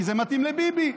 כי זה מתאים לביבי.